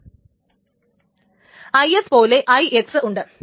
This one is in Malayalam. IS പോലെ തന്നെ IX ഉണ്ട്